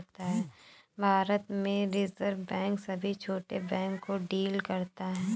भारत में reserve bank सभी छोटे बैंक को डील करता है